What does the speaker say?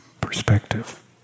perspective